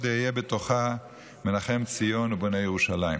אהיה בתוכה' מנחם ציון ובונה ירושלים".